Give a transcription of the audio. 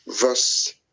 verse